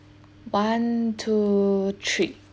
one two three